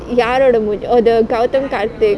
யாரோட மூஞ்~:yaaroda moonj~ oh the gautham karthik